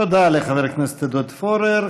תודה לחבר הכנסת עודד פורר.